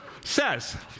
says